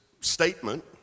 statement